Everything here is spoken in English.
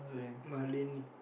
Marlin